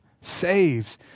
saves